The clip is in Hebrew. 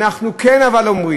אבל אנחנו כן אומרים